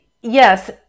yes